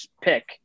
pick